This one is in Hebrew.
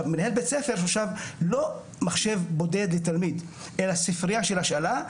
מנהל בית ספר לא מחשב בודד לתלמיד אלא ספרייה של השאלה,